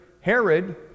Herod